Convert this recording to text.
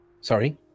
Sorry